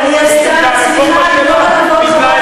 זאת גם הרפורמה שלה.